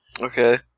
Okay